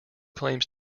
claims